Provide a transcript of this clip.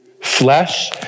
flesh